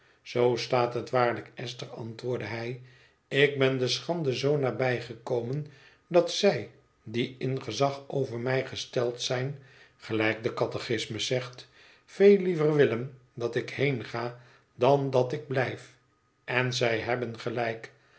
zoo staat het waarlijk esther antwoordde hij ik ben de schande zoo nabij gekomen dat zij die in gezag over mij gesteld zijn gelijk de catechismus zegt veel liever willen dat ik heenga dan dat ik blijf en zij hebben gelijk